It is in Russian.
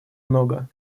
много